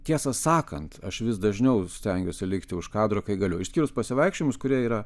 tiesą sakant aš vis dažniau stengiuosi likti už kadro kai galiu išskyrus pasivaikščiojimus kurie yra